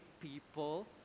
people